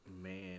Man